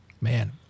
man